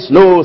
no